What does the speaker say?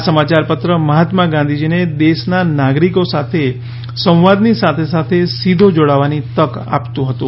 આ સમાચારપત્ર મહાત્મા ગાંધીજીને દેશના નાગરિકો સાથે સંવાદની સાથે સાથે સીધો જોડાવાની તક આપતું હતું